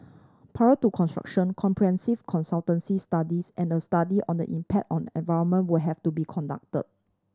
prior to construction comprehensive consultancy studies and a study on the impact on environment will have to be conducted